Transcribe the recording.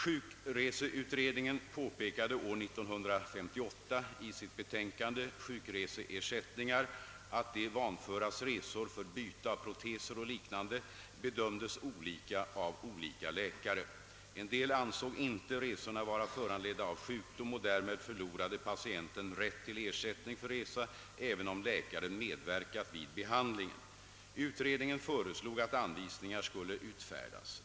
Sjukreseutredningen påpekade år 1958 i sitt betänkande »Sjukreseersättningar» att de vanföras resor för byte av proteser och liknande bedömdes olika av olika läkare. En del ansåg inte resorna vara föranledda av sjukdom och därmed förlorade patienten rätt till ersättning för resa även om läkaren medverkat vid behandlingen. Utredningen föreslog att anvisningar skulle utfärdas.